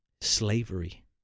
slavery